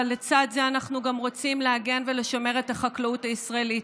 ולצד זה אנחנו גם רוצים להגן ולשמר את החקלאות הישראלית.